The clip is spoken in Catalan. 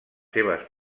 seves